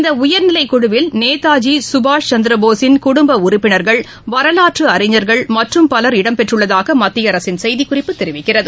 இந்த உயா்நிலைக் குழுவில் நேதாஜி கபாஷ் சந்திரபோஸின் குடும்ப உறுப்பினா்கள் வரலாற்று அறிஞர்கள் மற்றும் பலர் இடம்பெற்றுள்ளதாக மத்திய அரசின் செய்திக்குறிப்பு தெரிவிக்கிறது